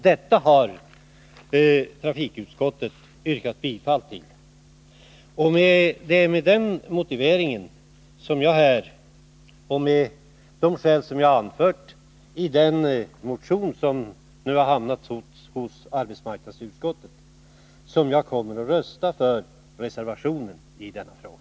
Detta har trafikutskottet yrkat bifall till. Det är med den motiveringen och med de skäl som jag anfört i den motion som nu har hamnat hos arbetsmarknadsutskottet som jag kommer att rösta för reservationen i denna fråga.